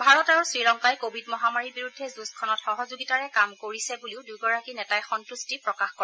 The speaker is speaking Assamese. ভাৰত আৰু শ্ৰীলংকাই কোভিড মহামাৰীৰ বিৰুদ্ধে যুঁজখনত সহযোগিতাৰে কাম কৰিছে বুলিও দুয়োগৰাকী নেতাই সন্তা্টি প্ৰকাশ কৰে